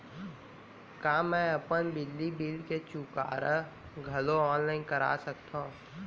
का मैं अपन बिजली बिल के चुकारा घलो ऑनलाइन करा सकथव?